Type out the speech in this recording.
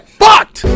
fucked